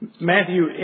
Matthew